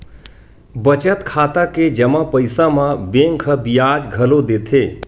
बचत खाता के जमा पइसा म बेंक ह बियाज घलो देथे